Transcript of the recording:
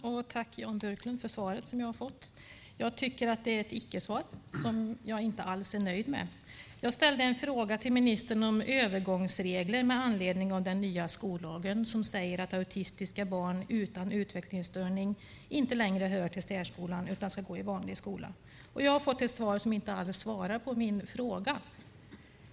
Fru talman! Tack för svaret, Jan Björklund! Jag tycker att det är ett icke-svar som jag inte alls är nöjd med. Jag ställde en fråga till ministern om övergångsregler med anledning av den nya skollagen som säger att autistiska barn utan utvecklingsstörning inte längre hör till särskolan utan ska gå i vanlig skola. Jag har fått ett svar som inte alls svarar på min fråga.